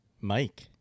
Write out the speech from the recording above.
Mike